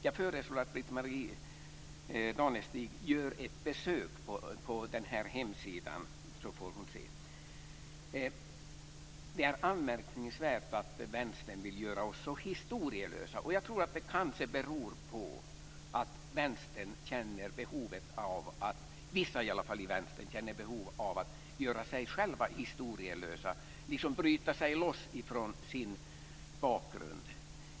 Jag föreslår att Britt-Marie Danestig gör ett besök på denna hemsida så får hon se det. Det är anmärkningsvärt att Vänstern vill göra oss så historielösa. Det kanske beror på att vissa i Vänstern känner behov av att göra sig själva historielösa och liksom bryta sig loss från sin bakgrund.